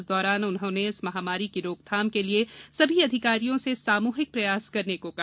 इस दौरान उन्होंने इस महामारी की रोकथाम के लिये सभी अधिकारियों से सामुहिक प्रयास करने को कहा